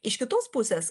iš kitos pusės